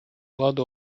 ладу